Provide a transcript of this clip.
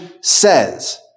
says